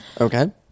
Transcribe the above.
Okay